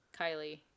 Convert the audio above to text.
Kylie